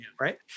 right